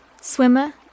swimmer